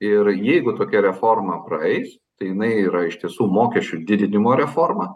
ir jeigu tokia reforma praeis tai jinai yra iš tiesų mokesčių didinimo reforma